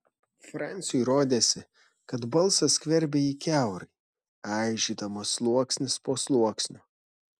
franciui rodėsi kad balsas skverbia jį kiaurai aižydamas sluoksnis po sluoksnio